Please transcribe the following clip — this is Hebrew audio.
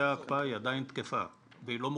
ההקפאה היא עדיין תקפה והיא לא מוקפאת.